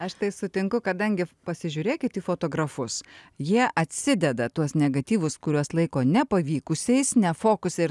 aš tai sutinku kadangi pasižiūrėkit į fotografus jie atsideda tuos negatyvus kuriuos laiko nepavykusiais ne fokuse ir